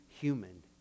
human